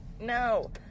No